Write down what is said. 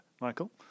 Michael